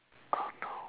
don't know